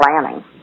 planning